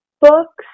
books